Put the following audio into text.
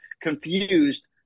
confused